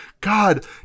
God